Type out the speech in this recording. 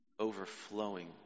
overflowing